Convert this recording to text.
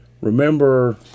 Remember